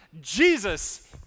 Jesus